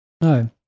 No